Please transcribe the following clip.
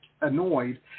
annoyed